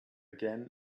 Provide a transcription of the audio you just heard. again